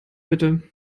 bitte